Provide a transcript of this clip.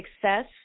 success